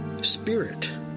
Spirit